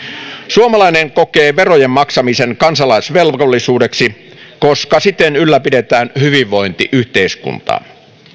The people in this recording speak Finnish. suomalainen kokee verojen maksamisen kansalaisvelvollisuudeksi koska siten ylläpidetään hyvinvointiyhteiskuntaa